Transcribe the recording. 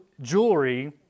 jewelry